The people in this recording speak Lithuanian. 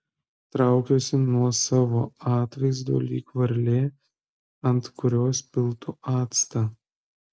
traukiuosi nuo savo atvaizdo lyg varlė ant kurios piltų actą